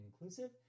inclusive